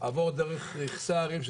עבור דרך רכסי הרים,